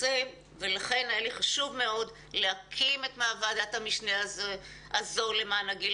לכן היה לי חשוב מאוד להקים את ועדת המשנה הזו למען הגיל